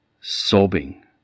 sobbing